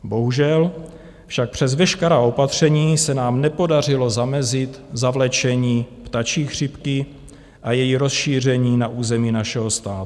Bohužel však přes veškerá opatření se nám nepodařilo zamezit zavlečení ptačí chřipky a její rozšíření na území našeho státu.